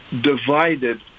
divided